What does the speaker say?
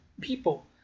people